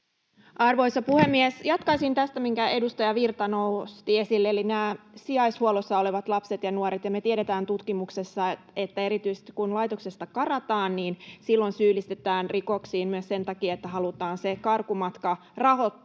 Arvoisa puhemies! Jatkaisin tästä, minkä edustaja Virta nosti esille, eli näistä sijaishuollossa olevista lapsista ja nuorista. Me tiedetään tutkimuksesta, että erityisesti kun laitoksesta karataan, niin silloin syyllistytään rikoksiin myös sen takia, että halutaan se karkumatka rahoittaa.